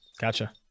Gotcha